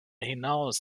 hinaus